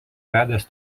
vedęs